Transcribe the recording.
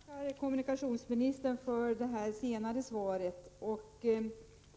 Herr talman! Jag tackar kommunikationsministern för det här senare svaret.